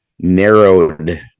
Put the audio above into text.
Narrowed